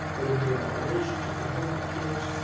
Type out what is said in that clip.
whether it be in our relationship at home, our kids,